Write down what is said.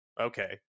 Okay